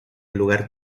lugar